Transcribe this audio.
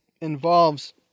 involves